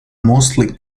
mostly